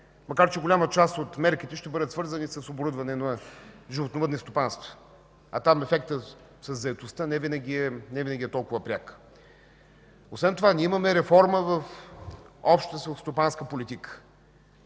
макар че голяма част от мерките ще бъдат свързани с оборудване на животновъдни стопанства, а там секторът със заетостта не винаги е толкова пряк. Освен това имаме реформа в общата селскостопанска политика,